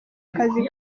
akazi